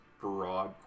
broad